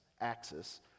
axis